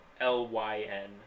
L-Y-N